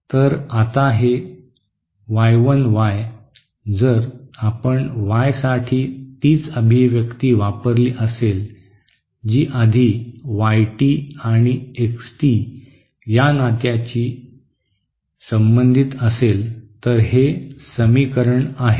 तर आता हे वाय 1 वाय जर आपण वायसाठी तीच अभिव्यक्ती वापरली असेल जी आधी वाय टी आणि एक्स टी या नात्याशी संबंधित असेल तर हे समीकरण आहे